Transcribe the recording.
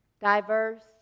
diverse